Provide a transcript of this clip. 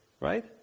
right